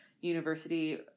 university